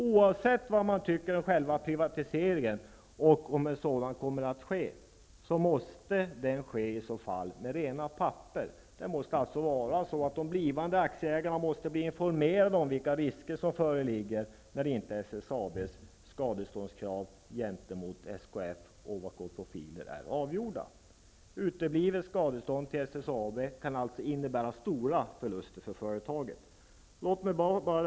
Oavsett vad man tycker om själva privatiseringen, om sådan kommer att ske, måste den i så fall ske med klara papper. De blivande aktieägarna måste bli informerade om vilka risker som föreligger när inte SSAB:s skadeståndskrav gentemot SKF och Ovako Profiler är avgjorda. Ett uteblivet skadestånd till SSAB kan innebära stora förluster för företaget. Herr talman!